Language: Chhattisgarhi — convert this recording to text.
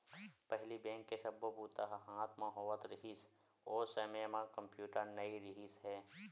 पहिली बेंक के सब्बो बूता ह हाथ म होवत रिहिस, ओ समे म कम्प्यूटर नइ रिहिस हे